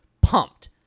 Pumped